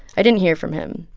i didn't hear from him.